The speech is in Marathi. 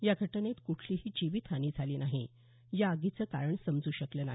या घटनेत कुठलीही जिवीत हानी झाली नाही या आगीचे कारण समजू शकलं नाही